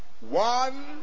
one